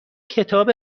کتاب